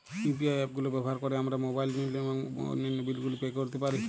UPI app গুলো ব্যবহার করে আমরা মোবাইল নিল এবং অন্যান্য বিল গুলি পে করতে পারি